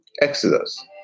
Exodus